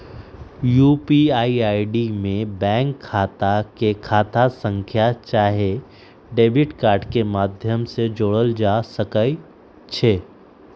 UPI में bank खता के खता संख्या चाहे डेबिट कार्ड के माध्यम से जोड़ल जा सकइ छै